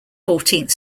fourteenth